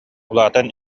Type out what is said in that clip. улаатан